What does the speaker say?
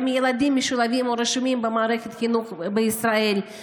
האם הילדים משולבים או רשומים במערכת החינוך בישראל.